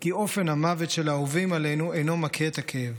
כי אופן המוות של האהובים עלינו אינו מקהה את הכאב.